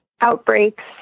outbreaks